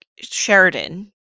Sheridan